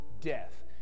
death